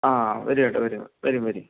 ആ വരു ചേട്ടാ വരു വരു വരു